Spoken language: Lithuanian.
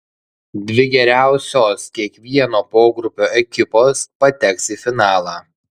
dvi geriausios kiekvieno pogrupio ekipos pateks į finalą